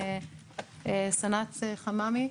סנ"צ חממי,